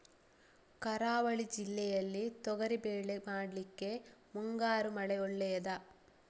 ಕರಾವಳಿ ಜಿಲ್ಲೆಯಲ್ಲಿ ತೊಗರಿಬೇಳೆ ಮಾಡ್ಲಿಕ್ಕೆ ಮುಂಗಾರು ಮಳೆ ಒಳ್ಳೆಯದ?